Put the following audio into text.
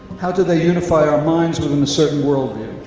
how do they unify our minds within a certain worldview?